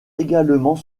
également